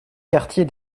quartier